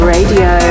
Radio